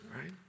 right